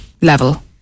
level